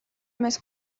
més